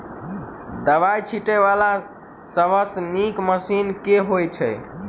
दवाई छीटै वला सबसँ नीक मशीन केँ होइ छै?